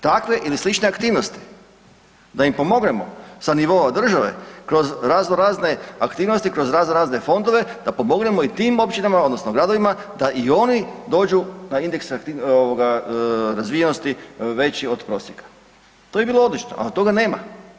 Takve ili slične aktivnosti, da im pomognemo sa nivoa države kroz razno razne aktivnosti, kroz razno razne fondove, da pomognemo i tim općinama, odnosno gradovima da i oni dođu na indeks razvijenosti veći od prosjeka, to bi bilo odlično, ali toga nema.